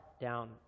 down